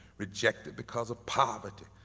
rejected because of poverty,